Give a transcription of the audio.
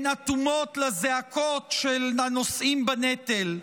הן אטומות לזעקות של הנושאים בנטל,